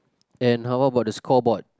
and how about the scoreboard